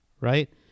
right